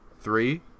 Three